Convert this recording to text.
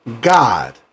God